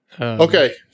Okay